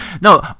no